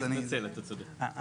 אני מתנצל, אתה צודק.